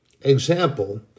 example